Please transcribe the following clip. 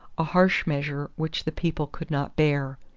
a harsh measure which the people could not bear.